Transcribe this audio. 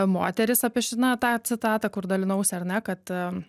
moterys apie šį na tą citatą kur dalinausi ar ne kad